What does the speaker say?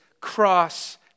cross